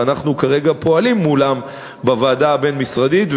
ואנחנו כרגע פועלים מולם בוועדה הבין-משרדית.